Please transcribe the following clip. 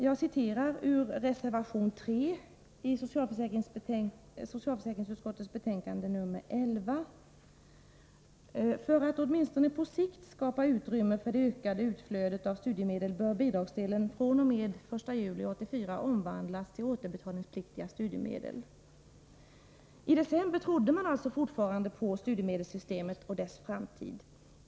Jag citerar ur reservation 3 i socialförsäkringsutskottets betänkande 11. ”För att åtminstone på sikt skapa utrymme för det ökade utflödet av studiemedel bör bidragsdelen fr.o.m. den 1 juli 1984 omvandlas till återbetalningspliktiga studiemedel.” I december trodde man alltså fortfarande på studiemedelssystemet och dess framtid.